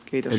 kiitos